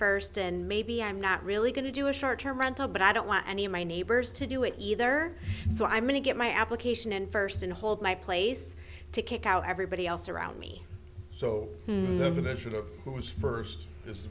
first and maybe i'm not really going to do a short term rental but i don't want any of my neighbors to do it either so i'm going to get my application in first and hold my place to kick out everybody else around me was first